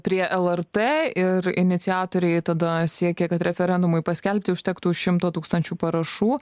prie lrt ir iniciatoriai tada siekė kad referendumui paskelbti užtektų šimto tūkstančių parašų